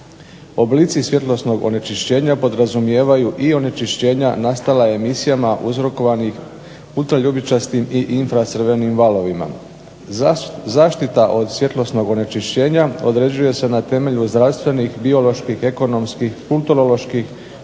Oblici svjetlosnog onečišćenja podrazumijevaju i onečišćenja nastala emisijama uzrokovanih ultraljubičastim i infracrvenim valovima. Zaštita od svjetlosnog onečišćenja određuje se na temelju zdravstvenih, bioloških, ekonomskih, kulturoloških,